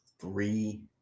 three